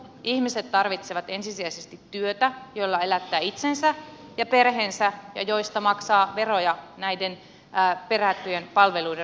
ihmiset tarvitsevat ensisijaisesti työtä jolla elättää itsensä ja perheensä ja josta maksaa veroja näiden perättyjen palveluiden rahoittamiseksi